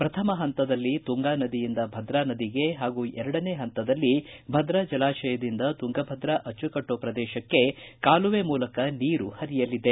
ಪ್ರಥಮ ಪಂತದಲ್ಲಿ ತುಂಗಾ ನದಿಯಿಂದ ಭದ್ರಾ ನದಿಗೆ ಹಾಗೂ ಎರಡನೇ ಹಂತದಲ್ಲಿ ಭದ್ರಾ ಜಲಾಶಯದಿಂದ ತುಂಗಭದ್ರಾ ಅಚ್ಚುಕಟ್ಟು ಪ್ರದೇಶಕ್ಕೆ ಕಾಲುವೆ ಮೂಲಕ ನೀರು ಪರಿಯಲಿದೆ